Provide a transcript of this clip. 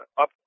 up